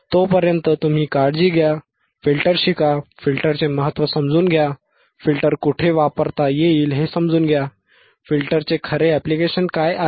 तोपर्यंत तुम्ही काळजी घ्या फिल्टर शिका फिल्टरचे महत्त्व समजून घ्या फिल्टर कुठे वापरता येईल हे समजून घ्या फिल्टरचे खरे ऍप्लिकेशन काय आहेत